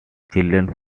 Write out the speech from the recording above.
children